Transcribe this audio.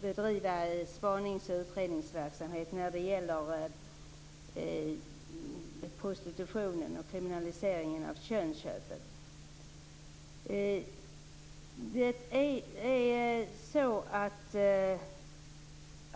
bedriva spanings och utredningsverksamhet när det gäller prostitution och kriminalisering av könsköp.